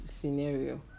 Scenario